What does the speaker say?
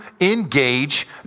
engage